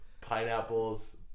pineapples